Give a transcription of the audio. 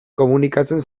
komunikatzen